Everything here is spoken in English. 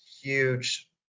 huge